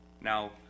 Now